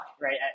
right